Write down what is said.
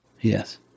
yes